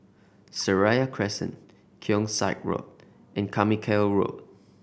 Seraya Crescent Keong Saik Road and Carmichael Road